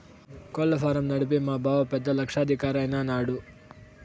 కోళ్ల ఫారం నడిపి మా బావ పెద్ద లక్షాధికారైన నాడు